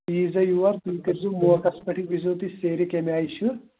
تُہۍ ییٖزیٚو یور تُہۍ کٔرۍزیٚو موقعس پٮ۪ٹھٕے وُچھزیٚو تُہۍ سیرِ کَمہِ آیہِ چھِ